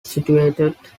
situated